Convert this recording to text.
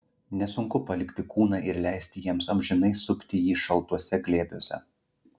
nesunku palikti kūną ir leisti jiems amžinai supti jį šaltuose glėbiuose